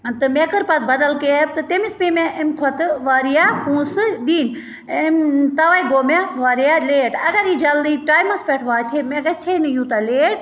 تہٕ مےٚ کٔر پَتہٕ بدل کیب تہٕ تٔمِس پے مےٚ اَمہِ کھۄتہٕ واریاہ پونٛسہٕ دِنۍ أمۍ تَوَے گوٚو مےٚ واریاہ لیٹ اگر یہِ جلدی ٹایمَس پٮ۪ٹھ واتہِ ہے مےٚ گَژھِ ہے نہٕ یوٗتاہ لیٹ